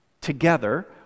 together